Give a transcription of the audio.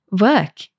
work